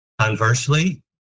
Conversely